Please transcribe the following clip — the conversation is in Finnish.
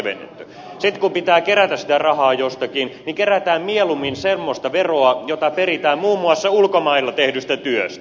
sitten kun pitää kerätä sitä rahaa jostakin niin kerätään mieluummin semmoista veroa jota peritään muun muassa ulkomailla tehdystä työstä